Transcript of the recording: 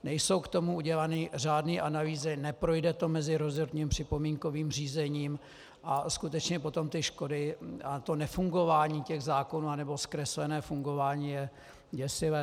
Nejsou k tomu udělány řádné analýzy, neprojde to mezirezortním připomínkovým řízením a skutečně potom ty škody a to nefungování zákonů anebo zkreslené fungování je děsivé.